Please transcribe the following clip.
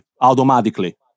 automatically